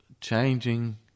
changing